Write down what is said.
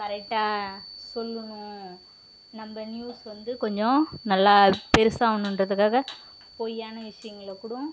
கரெட்டாக சொல்லுணும் நம்ம நியூஸ் வந்து கொஞ்சம் நல்லா பெருசாவணுன்றதுக்காக பொய்யான விஷியங்களை கூடும்